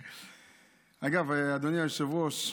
אגב, אדוני היושב-ראש,